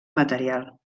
material